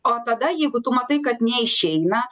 o tada jeigu tu matai kad neišeina